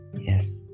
Yes